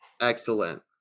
Excellent